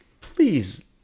please